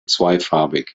zweifarbig